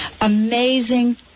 amazing